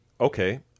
Okay